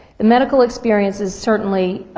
the medical experience is certainly